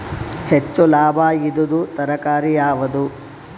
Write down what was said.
ಹೆಚ್ಚು ಲಾಭಾಯಿದುದು ತರಕಾರಿ ಯಾವಾದು?